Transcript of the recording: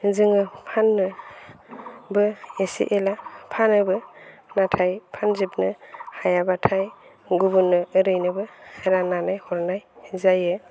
जोङो फाननोबो एसे एला फानोबो नाथाय फानजोबनो हायाब्लाथाय गुबुननो ओरैनोबो राननानै हरनाय जायो